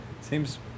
seems